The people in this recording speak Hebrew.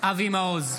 אבי מעוז,